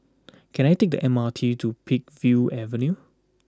can I take the M R T to Peakville Avenue